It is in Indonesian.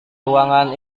ruangan